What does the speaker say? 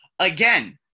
Again